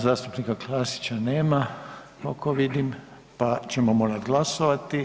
Zastupnik Klasića nema koliko vidim, pa ćemo morati glasovati.